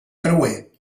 creuer